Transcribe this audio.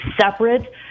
separate